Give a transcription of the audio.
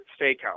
Steakhouse